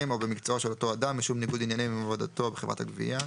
או במקצועו של אותו אדם משום ניגוד עניינים עם עבודתו בחברת הגבייה,